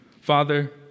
Father